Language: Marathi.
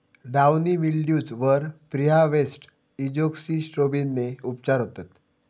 डाउनी मिल्ड्यूज वर प्रीहार्वेस्ट एजोक्सिस्ट्रोबिनने उपचार होतत